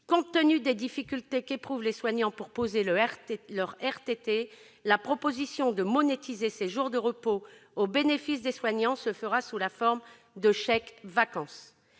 compte tenu des difficultés qu'éprouvent les soignants pour poser leur RTT [...], la proposition de monétiser ces jours de repos au bénéfice des soignants se fera sous la forme de chèques-vacances